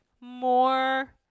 more